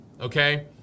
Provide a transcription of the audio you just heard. okay